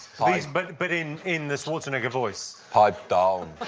please, but but in in the schwarzenegger voice. pipe down.